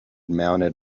mounted